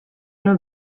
nur